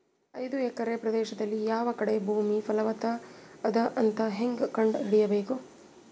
ಐದು ಎಕರೆ ಪ್ರದೇಶದಲ್ಲಿ ಯಾವ ಕಡೆ ಭೂಮಿ ಫಲವತ ಅದ ಅಂತ ಹೇಂಗ ಕಂಡ ಹಿಡಿಯಬೇಕು?